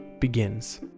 begins